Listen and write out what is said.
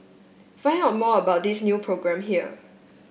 find out more about this new programme here